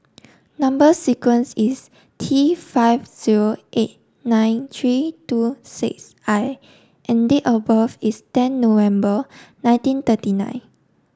number sequence is T five zero eight nine three two six I and date of birth is ten November nineteen thirty nine